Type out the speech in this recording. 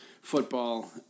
football